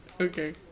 Okay